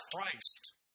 Christ